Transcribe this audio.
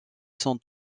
son